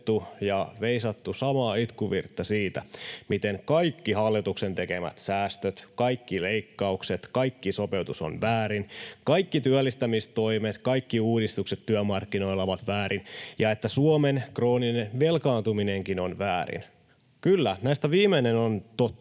ja veisattu samaa itkuvirttä siitä, miten kaikki hallituksen tekemät säästöt, kaikki leikkaukset, kaikki sopeutus on väärin, kaikki työllistämistoimet, kaikki uudistukset työmarkkinoilla ovat väärin ja että Suomen krooninen velkaantuminenkin on väärin. Kyllä, näistä viimeinen on totta,